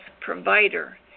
provider